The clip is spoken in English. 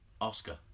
Oscar